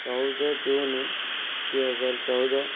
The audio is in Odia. ଚଉଦ ଜୁନ୍ ଦୁଇହଜାର ଚଉଦ